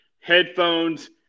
headphones